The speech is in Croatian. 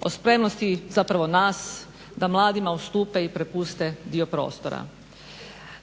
o spremnosti zapravo nas da mladima ustupe i prepuste dio prostora.